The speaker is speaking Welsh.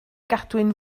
gadwyn